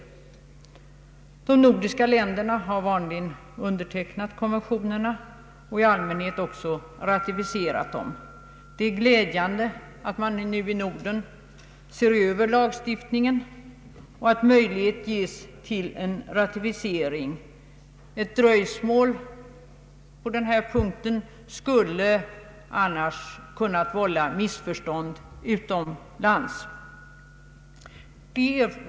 De nordiska länderna har vanligen undertecknat konventionerna och i allmänhet också ratificerat dem. Det är glädjande att man nu i Norden ser över lagstiftningen så att möjligheter ges till en ratificering. Ett dröjsmål på den här punkten skulle kunna vålla missförstånd utomlands.